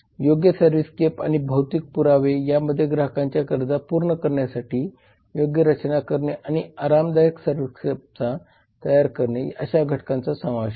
योग्य सर्व्हिसस्केप आणि भौतिक पुरावे यामध्ये ग्राहकांच्या गरजा पूर्ण करण्यासाठी योग्य रचना करणे आणि आरामदायक सर्व्हिसस्केप तयार करणे अशा घटकांचा समावेश आहे